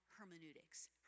Hermeneutics